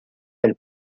del